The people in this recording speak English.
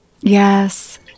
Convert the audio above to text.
yes